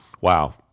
wow